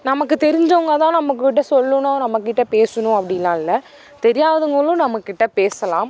நமக்கு தெரிஞ்சவங்க தான் நம்மக்கிட்ட சொல்லணும் நம்மக்கிட்ட பேசுணும் அப்படின்லாம் இல்லை தெரியாதவங்களும் நம்மக்கிட்ட பேசலாம்